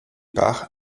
par